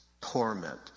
torment